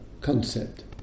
concept